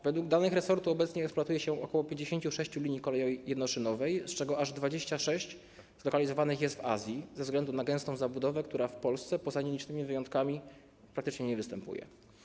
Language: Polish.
Według danych resortu obecnie eksploatuje się ok. 56 linii kolei jednoszynowej, z czego aż 26 zlokalizowanych jest w Azji, ze względu na gęstą zabudowę, która w Polsce poza nielicznymi wyjątkami praktycznie nie występuje.